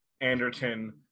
Anderton